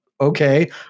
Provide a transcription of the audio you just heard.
okay